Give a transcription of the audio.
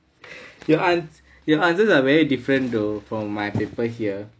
your ans~ your answers are very different though for my paper here